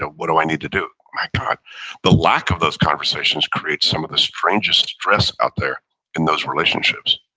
but what do i need to do? ah but the lack of those conversations create some of the strangest stress out there in those relationships.